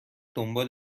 دنبال